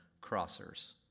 crossers